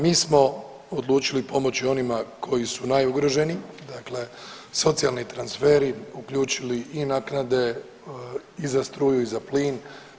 Mi smo odlučili pomoći onima koji su najugroženiji, dakle socijalni transferi uključili i naknade i za struju i za plin.